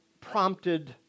prompted